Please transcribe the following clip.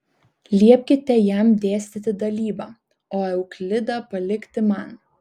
liepkite jam dėstyti dalybą o euklidą palikti man